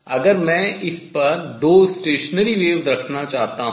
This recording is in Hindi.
अगर मैं इस पर दो अप्रगामी तरंगें रखना चाहता हूँ